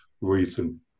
reason